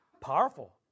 powerful